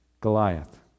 Goliath